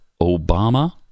Obama